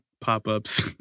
pop-ups